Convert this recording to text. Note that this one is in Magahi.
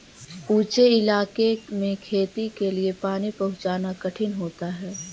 ऊँचे इलाके में खेती के लिए पानी पहुँचाना कठिन होता है